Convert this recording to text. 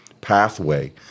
pathway